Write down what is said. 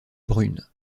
brune